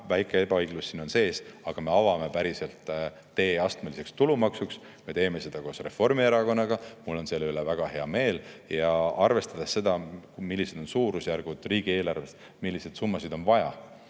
väike ebaõiglus siin on sees, aga me avame päriselt tee astmeliseks tulumaksuks, me teeme seda koos Reformierakonnaga. Mul on selle üle väga hea meel. Ja arvestades seda, millised on suurusjärgud riigieelarves, milliseid summasid on vaja,